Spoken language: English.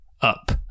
up